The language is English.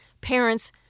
Parents